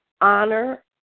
Honor